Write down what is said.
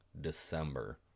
December